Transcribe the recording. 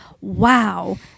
wow